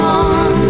on